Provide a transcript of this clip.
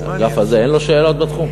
האגף הזה, אין לו שאלות בתחום?